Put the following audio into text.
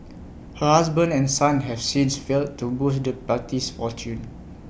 her husband and son have since failed to boost the party's fortunes